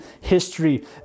history